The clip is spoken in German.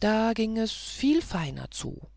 da ging es viel feiner zu